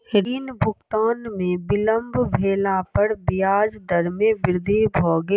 ऋण भुगतान में विलम्ब भेला पर ब्याज दर में वृद्धि भ गेल